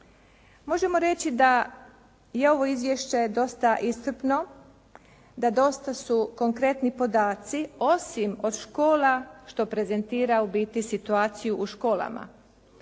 Možemo reći da je i ovo izvješće dosta iscrpno. Da dosta su konkretni podaci osim od škola što prezentira u biti situaciju u školama.